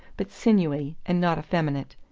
but sinewy and not effeminate.